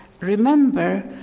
remember